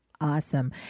Awesome